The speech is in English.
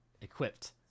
equipped